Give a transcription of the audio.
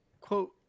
quote